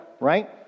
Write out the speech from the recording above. right